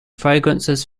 fragrances